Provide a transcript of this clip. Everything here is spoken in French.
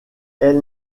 elle